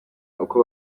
uko